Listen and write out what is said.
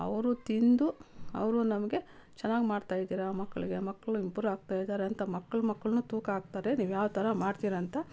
ಅವರು ತಿಂದು ಅವರು ನಮಗೆ ಚೆನ್ನಾಗಿ ಮಾಡ್ತಾಯಿದ್ದೀರಿ ಮಕ್ಳಿಗೆ ಮಕ್ಳು ಇಂಪ್ರೂವ್ ಆಗ್ತಾಯಿದ್ದಾರೆ ಅಂತ ಮಕ್ಳು ಮಕ್ಳೂ ತೂಕ ಆಗ್ತಾರೆ ನೀವು ಯಾವ್ಥರ ಮಾಡ್ತೀರಿ ಅಂತ